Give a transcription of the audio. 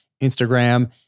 Instagram